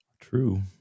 True